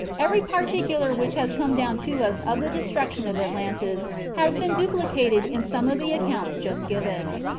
every particular which has come down to us of the destruction of atlantis has been duplicated in some of the accounts just given.